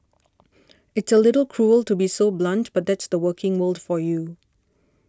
it's a little cruel to be so blunt but that's the working world for you